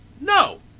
No